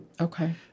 Okay